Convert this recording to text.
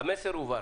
המסר הובן.